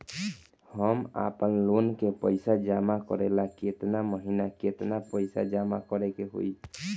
हम आपनलोन के पइसा जमा करेला केतना महीना केतना पइसा जमा करे के होई?